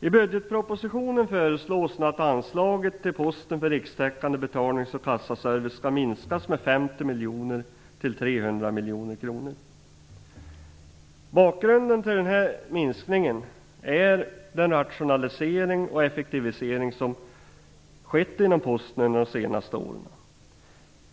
I budgetpropositionen föreslås att anslaget till posten för rikstäckande betalnings och kassaservice skall minskas med 50 miljoner till 300 Bakgrunden till minskningen är den rationalisering och effektivisering som skett inom posten under de senaste åren.